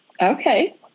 Okay